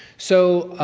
so,